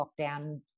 lockdown